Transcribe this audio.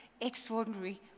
extraordinary